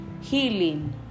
healing